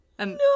No